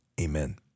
Amen